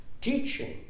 teaching